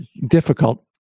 difficult